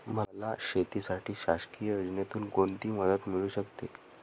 मला शेतीसाठी शासकीय योजनेतून कोणतीमदत मिळू शकते?